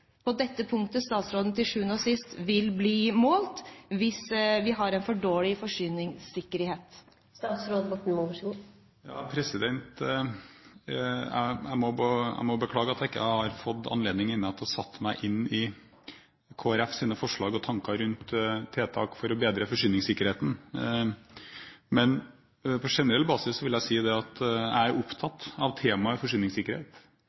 på dette punktet statsråden til syvende og siste vil bli målt – hvis vi har en for dårlig forsyningssikkerhet. Jeg må beklage at jeg ikke har fått anledning ennå til å sette meg inn i Kristelig Folkepartis forslag og tanker rundt tiltak for å forbedre forsyningssikkerheten. Men på generell basis vil jeg si at jeg er opptatt av temaet forsyningssikkerhet,